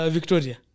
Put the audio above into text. Victoria